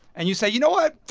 and you say, you know what?